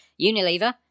Unilever